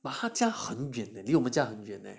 but 他家很远 leh 离我们家很远